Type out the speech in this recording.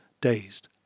dazed